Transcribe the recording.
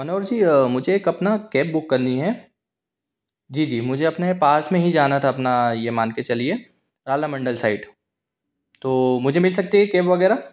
मनोहर जी मुझे एक अपना कैब बुक करनी है जी जी मुझे अपने पास मे ही जाना था अपना ये मान के चलिए कालामंडल साइड तो मुझे मिल सकती है कैब वगैरह